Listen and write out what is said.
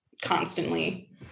constantly